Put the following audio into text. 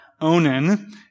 Onan